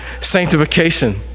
sanctification